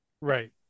right